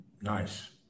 Nice